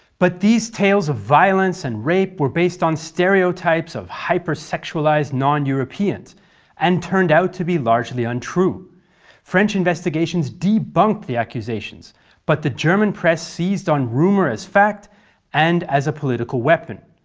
but these tales of violence and rape were based on stereotypes of hypersexualized non-europeans and turned out to be largely untrue french investigations debunked the accusations but the german press seized on rumour as fact and as a political weapon.